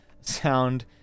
sound